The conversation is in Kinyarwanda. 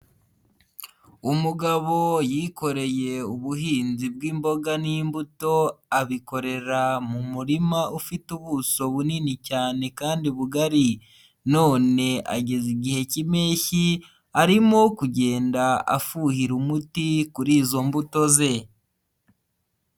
Umugabo yikoreye ubuhinzi bw'imboga n'imbuto, abikorera mu murima ufite ubuso bunini cyane kandi bugari, none ageze igihe cy'impeshyi, arimo kugenda afuhira umuti kuri izo mbuto ze.